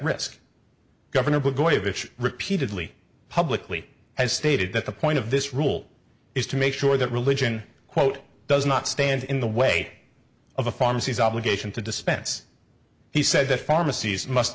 risk governor blagojevich repeatedly publicly has stated that the point of this rule is to make sure that religion quote does not stand in the way of a pharmacy's obligation to dispense he said that pharmacies must